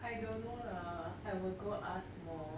I don't know lah I will go ask more